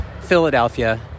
Philadelphia